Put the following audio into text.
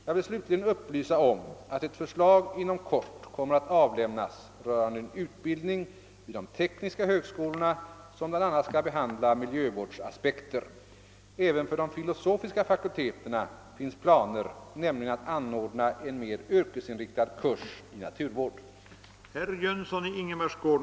Jag vill slutligen upplysa om att ett förslag inom kort kommer att avlämnas rörande en utbildning vid de tekniska högskolorna som bl.a. skall behandla miljövårdsaspekter. även för de filosofiska fakulteterna finns planer, nämligen att anordna en mer yrkesinriktad kurs i naturvård.